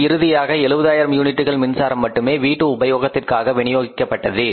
மற்றும் இறுதியாக 70000 யூனிட்டுகள் மின்சாரம் மட்டுமே வீட்டு உபயோகத்திற்கு வினியோகிக்கப்பட்டது